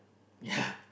ya